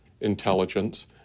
intelligence